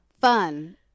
fun